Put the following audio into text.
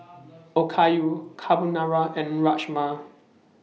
Okayu Carbonara and Rajma